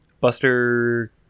Buster